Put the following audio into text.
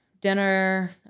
dinner